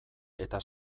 eta